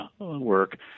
work